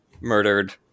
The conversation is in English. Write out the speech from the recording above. murdered